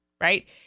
right